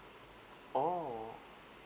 oh